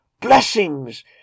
Blessings